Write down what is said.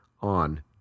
on